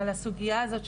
אבל הסוגיה הזאת,